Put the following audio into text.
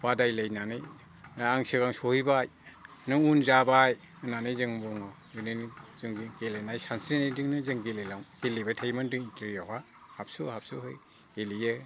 बादायलायनानै आं सिगां सहैबाय नों उन जाबाय होननानै जों बुङो बिदिनो जोंनि गेलेनाय सानस्रिनायजोंनो जों गेलबाय थायोमोन जों दैयावहाय हाबसो हाबसोहै गेलेयो